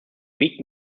weeks